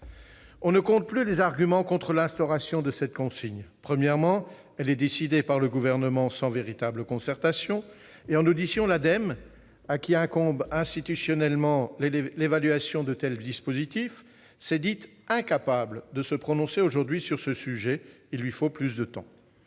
On ne compte plus les arguments contre l'instauration de cette consigne. Premièrement, elle est décidée par le Gouvernement sans véritable concertation. En audition, les responsables de l'Ademe, organisme auquel incombe institutionnellement l'évaluation de tels dispositifs, se sont dits incapables de se prononcer aujourd'hui sur ce sujet ; il leur faut plus de temps.